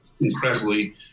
incredibly